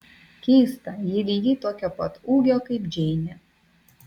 keista ji lygiai tokio pat ūgio kaip džeinė